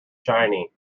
shiny